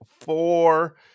four